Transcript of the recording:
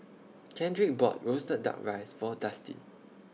Kendrick bought Roasted Duck Rice For Dustin